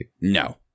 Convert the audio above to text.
No